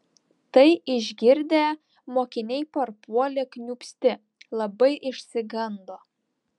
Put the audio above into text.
tai išgirdę mokiniai parpuolė kniūpsti labai išsigando